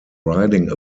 riding